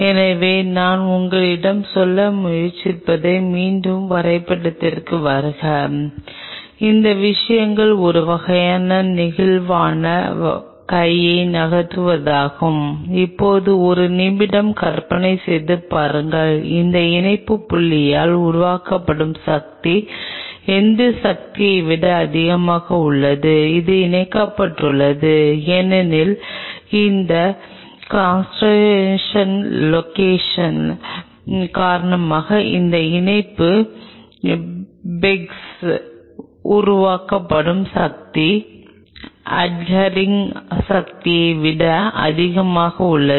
எனவே நான் உங்களிடம் சொல்ல முயற்சித்ததை மீண்டும் வரைபடத்திற்கு வருவது இந்த விஷயங்கள் ஒரு வகையான நெகிழ்வான கையை நகர்த்துவதாகும் இப்போது ஒரு நிமிடம் கற்பனை செய்து பாருங்கள் இந்த இணைப்பு புள்ளியால் உருவாக்கப்படும் சக்தி எந்த சக்தியை விட அதிகமாக உள்ளது இது இணைக்கப்பட்டுள்ளது ஏனெனில் இந்த காண்ட்ராக்ஷன் லோஷன் காரணமாக இந்த இணைப்பு பெக்கால் உருவாக்கப்படும் சக்தி அட்ஹரிக் சக்தியை விட அதிகமாக உள்ளது